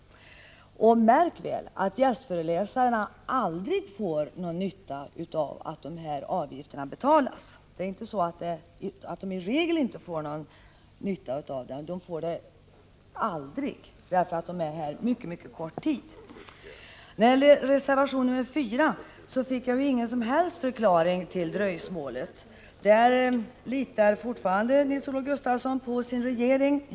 Märk väl att gästföreläsarna aldrig får någon nytta av att dessa avgifter betalas. Det är inte så att de i regel inte får någon nytta av dem, utan de får det 131 aldrig, eftersom de är här en mycket kort tid. När det gäller reservation 4 fick jag ingen som helst förklaring till dröjsmålet. Nils-Olof Gustafsson litar fortfarande på sin regering.